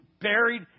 buried